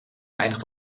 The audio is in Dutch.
eindigt